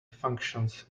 functions